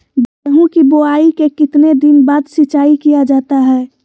गेंहू की बोआई के कितने दिन बाद सिंचाई किया जाता है?